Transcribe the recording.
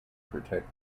protect